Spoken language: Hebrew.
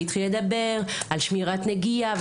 והתחילה לדבר על שמירת נגיעה,